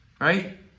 Right